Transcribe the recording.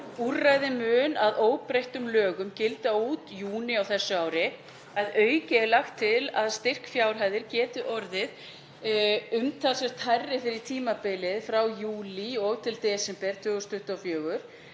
Úrræðið mun að óbreyttum lögum gilda út júní á þessu ári. Að auki er lagt til að styrkfjárhæðir geti orðið umtalsvert hærri fyrir tímabilið frá júlí og til desember 2024